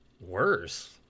worse